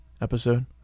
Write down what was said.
episode